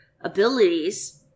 abilities